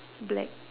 black